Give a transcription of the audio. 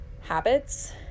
habits